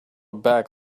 back